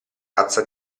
tazza